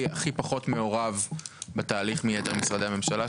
הכי פחות מעורב בתהליך מיתר משרדי הממשלה,